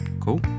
cool